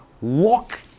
walk